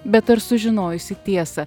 bet ar sužinojusi tiesą